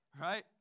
Right